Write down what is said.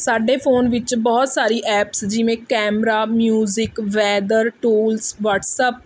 ਸਾਡੇ ਫੋਨ ਵਿੱਚ ਬਹੁਤ ਸਾਰੀ ਐਪਸ ਜਿਵੇਂ camera music weather tools WhatsApp